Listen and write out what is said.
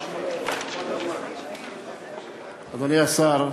אדוני השר,